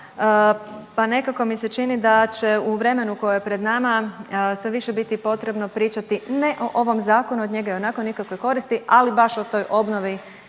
Pa nekako mi se čini da će u vremenu koje je pred nama sada više biti potrebno pričati ne o ovom zakonu. Od njega ionako nikakve koristi. Ali baš o toj obnovi